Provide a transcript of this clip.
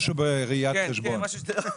משהו בראיית חשבון.